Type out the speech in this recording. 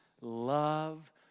love